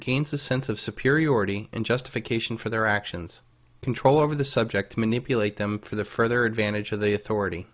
gains the sense of superiority and justification for their actions control over the subject to manipulate them for the further advantage of the authority